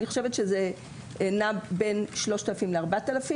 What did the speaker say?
אני חושבת שזה נע בין 3,000 4,000,